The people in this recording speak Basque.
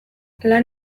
lan